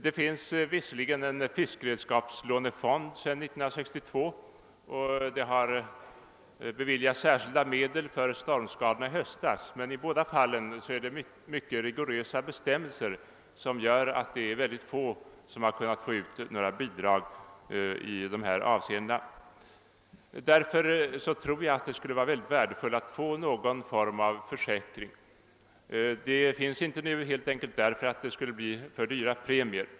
Det finns visserligen en fiskredskapslånefond sedan 1962, och det har beviljats särskilda medel för stormskadorna i höstas. Men i båda fallen är det mycket rigorösa bestämmelser som gör att det är få som har fått ut några bidrag. Därför tror jag att det skulle vara värdefullt att få någon form av försäkring. Sådana finns nu bara i ett fåtal fall helt enkelt därför att premierna blir för höga.